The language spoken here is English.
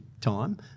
time